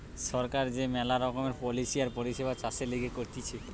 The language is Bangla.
সরকার যে মেলা রকমের পলিসি আর পরিষেবা চাষের লিগে করতিছে